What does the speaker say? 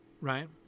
right